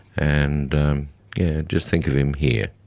and just think of him here.